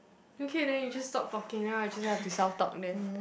okay then you just stop talking and I'll just have to self talk then